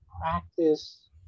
practice